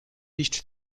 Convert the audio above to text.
nicht